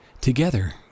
together